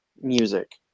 music